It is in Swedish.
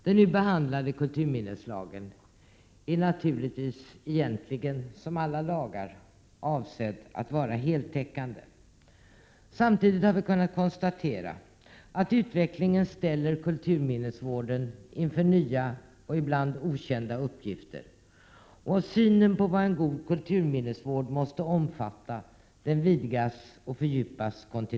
Den nu behandlade kulturminneslagen är naturligtvis egentligen som alla lagar avsedd att vara heltäckande. Samtidigt har vi kunnat konstatera att utvecklingen ställer kulturminnesvården inför nya och ibland okända uppgifter och att synen på vad en god kulturminnesvård måste omfatta kontinuerligt vidgas och fördjupas.